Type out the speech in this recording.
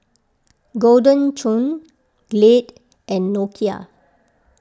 Golden Churn Glade and Nokia